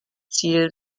ziel